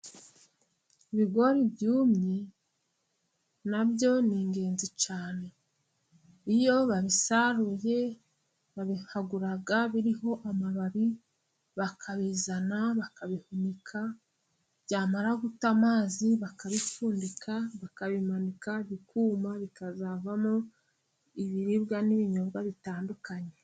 Ibigori byumye na byo ni ingenzi cyane. Iyo babisaruye, babihagura biriho amababi, bakabizana bakabihunika. Byamara guta amazi, bakabipfundika, bakabimanika bikuma, bikazavamo ibiribwa n'ibinyobwa bitandukanye.